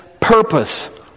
purpose